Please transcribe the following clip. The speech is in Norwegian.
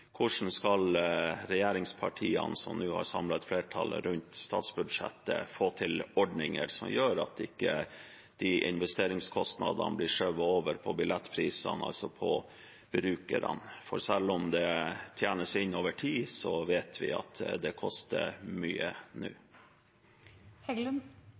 Hvordan skal regjeringspartiene, som nå har samlet et flertall for statsbudsjettet, få til ordninger som gjør at investeringskostnadene ikke blir skjøvet over på billettprisene, altså på brukerne? For selv om det tjenes inn over tid, vet vi at det koster mye